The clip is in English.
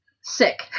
sick